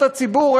את הציבור,